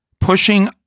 pushing